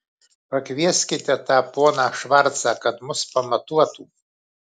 pakvieskite tą poną švarcą kad mus pamatuotų